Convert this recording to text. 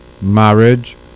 marriage